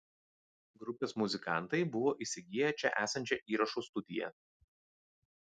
grupės muzikantai buvo įsigiję čia esančią įrašų studiją